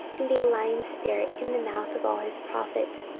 and be a lying spirit in the mouth of all his prophets.